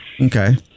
Okay